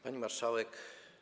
Pani Marszałek!